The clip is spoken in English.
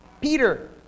Peter